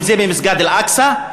אם במסגד אל-אקצא,